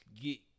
get